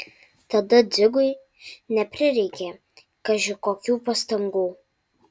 tada dzigui neprireikė kaži kokių pastangų